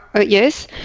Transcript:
yes